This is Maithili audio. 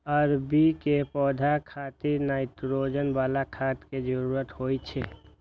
अरबी के पौधा खातिर नाइट्रोजन बला खाद के जरूरत होइ छै